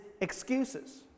excuses